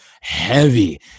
heavy